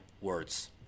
words